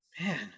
man